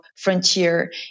frontier